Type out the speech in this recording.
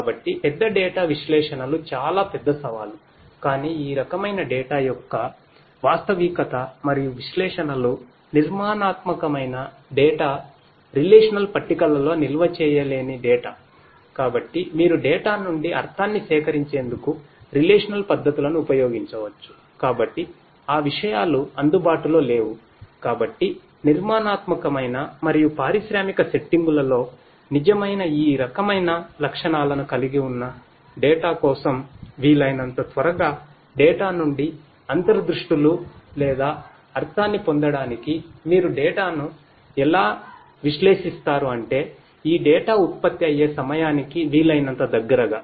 కాబట్టి పెద్ద డేటా ఉత్పత్తి అయ్యే సమయానికి వీలైనంత దగ్గరగా